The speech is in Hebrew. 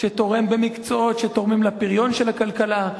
שתורם במקצועות שתורמים לפריון של הכלכלה,